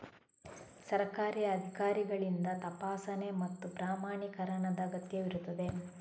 ಸರ್ಕಾರಿ ಅಧಿಕಾರಿಗಳಿಂದ ತಪಾಸಣೆ ಮತ್ತು ಪ್ರಮಾಣೀಕರಣದ ಅಗತ್ಯವಿರುತ್ತದೆ